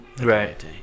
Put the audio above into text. right